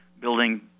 building